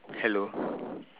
hello